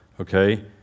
Okay